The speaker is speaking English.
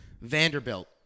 Vanderbilt